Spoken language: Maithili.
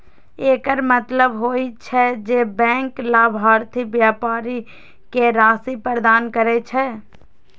एकर मतलब होइ छै, जे बैंक लाभार्थी व्यापारी कें राशि प्रदान करै छै